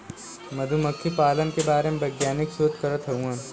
मधुमक्खी पालन के बारे में वैज्ञानिक शोध करत हउवन